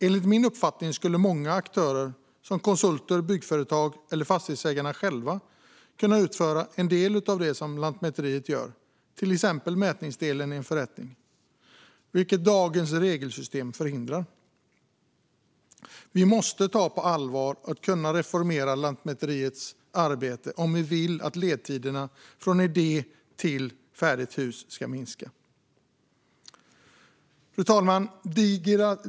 Enligt min uppfattning skulle många aktörer - konsulter, byggföretag eller fastighetsägarna själva - kunna utföra en del av det som Lantmäteriet i dag gör, till exempel mätningsdelen i en förrättning, vilket dagens regelsystem förhindrar. Vi måste ta detta på allvar och reformera Lantmäteriets arbete om vi vill att ledtiderna från idé till färdigt hus ska minska. Fru talman!